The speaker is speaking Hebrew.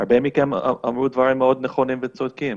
והרבה מכם אמרו דברים מאוד נכונים וצודקים,